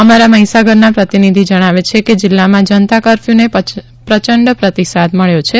અમારા મહીસાગરના પ્રતિનિધિ જણાવે છે કે જીલ્લામાં જનતા કર્ફર્યુંને પ્રચંડ પ્રતિસાદ મળ્યો છે